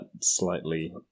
slightly